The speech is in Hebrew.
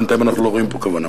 בינתיים, אנחנו לא רואים פה כוונה.